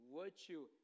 virtue